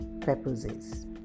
purposes